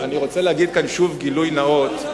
אני רוצה להגיד כאן שוב גילוי נאות,